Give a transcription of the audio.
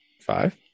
Five